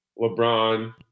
LeBron